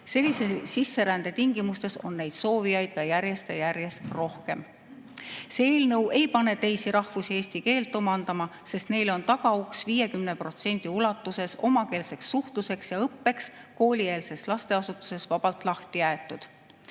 Sellise sisserände tingimustes on neid soovijaid järjest ja järjest rohkem. See eelnõu ei pane teisi rahvusi eesti keelt omandama, sest neil on tagauks 50% ulatuses omakeelseks suhtluseks ja õppeks koolieelses lasteasutuses vabalt lahti jäetud.